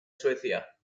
suecia